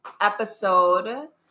episode